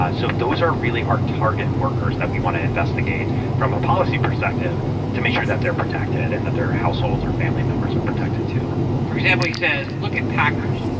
ah so those are really our target workers that we want to investigate from a policy perspective to make sure that they're protected and that their households or family members are protected, too for example, he says, look at packers.